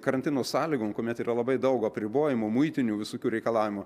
karantino sąlygom kuomet yra labai daug apribojimų muitinių visokių reikalavimų